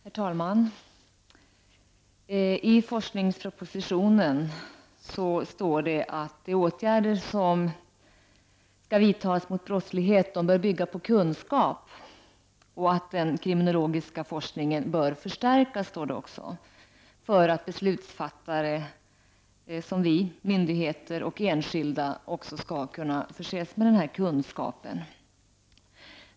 Herr talman! I forskningspropositionen står det att de åtgärder som skall vidtas mot brottslighet bör bygga på kunskap och att den kriminologiska forskningen bör förstärkas, för att beslutsfattare som vi och för att myndigheter och enskilda skall förses med denna kunskap.